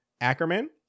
Ackerman